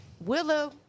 Willow